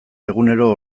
egunero